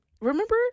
Remember